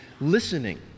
listening